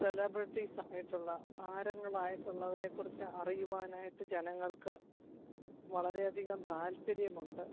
celebrities ആയിട്ടുള്ള താരങ്ങളായിട്ടുള്ളവരെ കുറിച്ച് അറിയുവാനായിട്ട് ജനങ്ങൾക്ക് വളരെ അധികം താല്പര്യമുണ്ട്